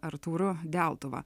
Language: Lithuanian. artūru deltuva